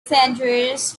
centers